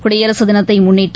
குடியரசுதினத்தைமுன்னிட்டு